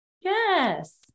yes